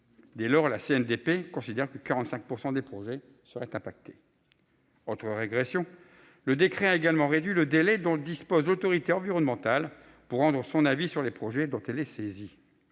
Dès lors, la CNDP considère que 45 % des projets seraient affectés. Autre régression, le décret a également réduit le délai dont dispose l'autorité environnementale pour rendre son avis sur les projets dont cette dernière